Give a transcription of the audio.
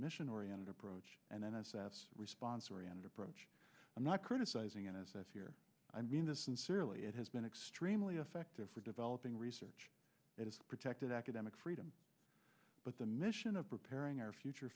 mission oriented approach and n s f response oriented approach i'm not criticising in a sense here i mean this sincerely it has been extremely effective for developing research that is protected academic freedom but the mission of preparing our future